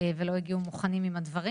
ושאלינו לא הגיעו מוכנים עם הדברים.